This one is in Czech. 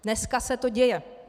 Dneska se to děje.